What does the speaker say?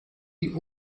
die